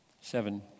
Seven